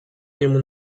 niemu